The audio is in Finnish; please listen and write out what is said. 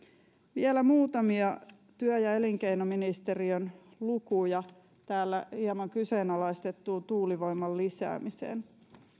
vielä muutamia työ ja elinkeinoministeriön lukuja täällä hieman kyseenalaistettuun tuulivoiman lisäämiseen